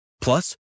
Plus